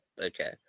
Okay